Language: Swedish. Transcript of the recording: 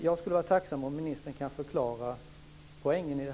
Jag skulle vara tacksam om ministern kunde förklara poängen i det.